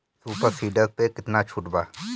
Super seeder पर केतना छूट बा?